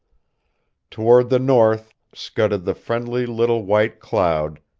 toward the north scudded the friendly little white cloud,